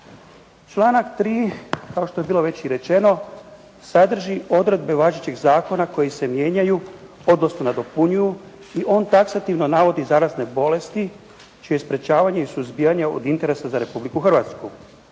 Članak 3. kao što je bilo već i rečeno, sadrži odredbe važećeg zakona koji se mijenjaju, odnosno nadopunjuju i on taksativno navodi zarazne bolesti čije je sprječavanje i suzbijanje od interesa za Republiku Hrvatsku.